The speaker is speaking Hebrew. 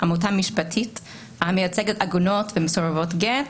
עמותה משפטית המייצגת עגונות ומסורבות גט,